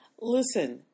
Listen